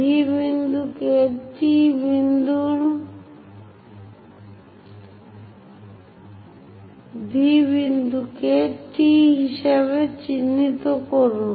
V বিন্দুকে T হিসাবে চিহ্নিত করুন